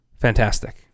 fantastic